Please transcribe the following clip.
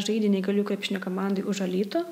žaidė neįgaliųjų krepšinio komandoj už alytų